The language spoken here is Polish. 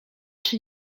czy